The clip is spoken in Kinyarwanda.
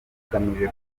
agamije